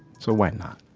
so why not?